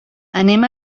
anem